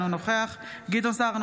אינו נוכח גדעון סער,